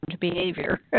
behavior